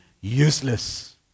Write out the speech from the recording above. useless